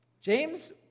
James